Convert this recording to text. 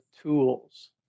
tools